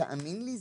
תאמין לי,